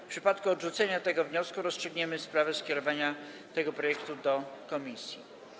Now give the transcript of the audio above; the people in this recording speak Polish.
W przypadku odrzucenia tego wniosku rozstrzygniemy sprawę skierowania tego projektu do komisji.